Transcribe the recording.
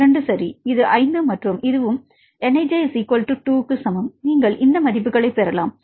2 சரி இது 5 மற்றும் இதுவும் nij 2 க்கு சமம் நீங்கள் இந்த மதிப்புகளைப் பெறலாம்